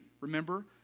Remember